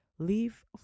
leave